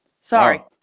Sorry